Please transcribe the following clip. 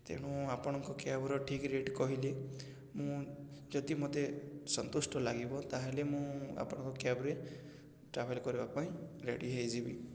ତେଣୁ ଆପଣଙ୍କ କ୍ୟାବ୍ର ଠିକ୍ ରେଟ୍ କହିଲେ ମୁଁ ଯଦି ମୋତେ ସନ୍ତୁଷ୍ଟ ଲାଗିବ ତାହେଲେ ମୁଁ ଆପଣଙ୍କ କ୍ୟାବ୍ରେ ଟ୍ରାଭେଲ୍ କରିବା ପାଇଁ ରେଡ଼ି ହୋଇଯିବି